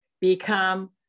become